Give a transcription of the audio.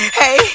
hey